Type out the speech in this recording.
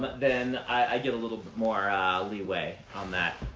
but then i get a little bit more leeway on that.